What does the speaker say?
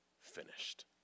finished